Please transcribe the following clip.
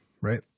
right